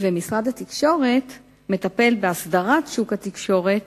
משרד התקשורת מטפל בהסדרת שוק התקשורת,